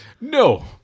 No